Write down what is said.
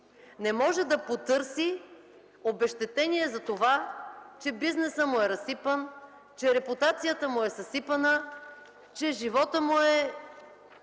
не може да потърси обезщетение за това, че бизнесът му е разсипан, че репутацията му съсипана, че животът му е